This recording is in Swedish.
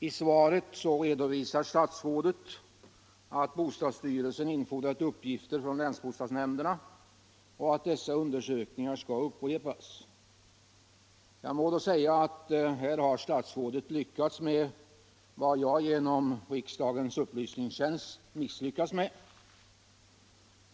I svaret redovisar statsrådet att bostadsstyrelsen infordrat uppgifter från länsbostadsnämnderna och att dessa undersökningar skall upprepas. Här har statsrådet lyckats med vad jag genom riksdagens upplysningstjänst misslyckats med.